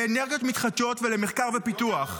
לאנרגיות מתחדשות ולמחקר ופיתוח.